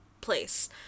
place